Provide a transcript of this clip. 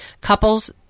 couples